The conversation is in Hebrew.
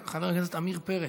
חבר הכנסת עמיר פרץ,